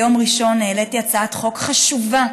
ביום ראשון העליתי הצעת חוק חשובה